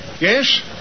Yes